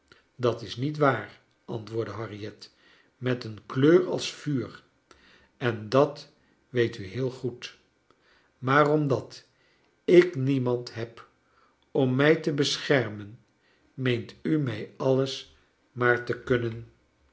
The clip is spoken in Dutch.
dat is niet waar ant woordde harriet met een kleur als vuur en dat weet u heel goed maar omdat ik niemand heb om mij te beschermen meent u mij alles maar te kunnen